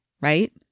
right